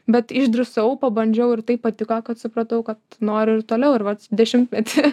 bet išdrįsau pabandžiau ir taip patiko kad supratau kad noriu ir toliau ir vat dešimtmetį